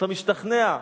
אתה משתכנע,